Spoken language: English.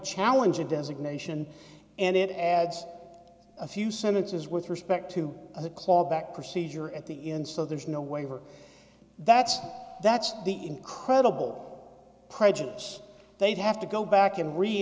challenge a designation and it adds a few sentences with respect to the clawback procedure at the end so there's no waiver that's that's the incredible prejudice they'd have to go back and re